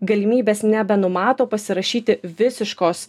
galimybės nebenumato pasirašyti visiškos